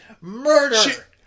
murder